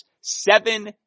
seven